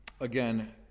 again